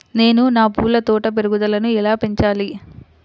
నేను నా పూల తోట పెరుగుదలను ఎలా పెంచాలి?